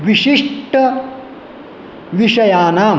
विशिष्ट विषयानाम्